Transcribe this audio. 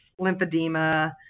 lymphedema